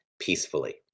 peacefully